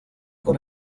con